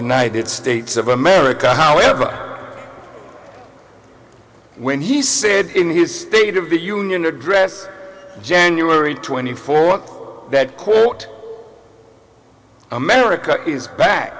united states of america however when he said in his state of the union address january twenty fourth that quote america is ba